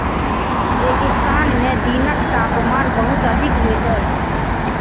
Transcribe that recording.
रेगिस्तान में दिनक तापमान बहुत अधिक होइत अछि